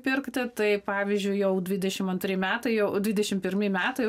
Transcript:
pirkti tai pavyzdžiui jau dvidešim antri metai jau dvidešim pirmi metai